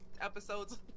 episodes